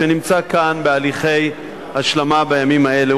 שנמצא כאן בהליכי השלמה בימים האלה,